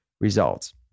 results